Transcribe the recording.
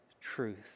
truth